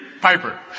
Piper